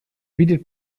bietet